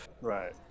Right